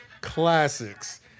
Classics